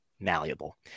Malleable